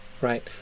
right